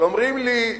אבל אומרים לי: